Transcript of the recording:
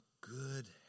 good